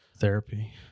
therapy